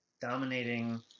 dominating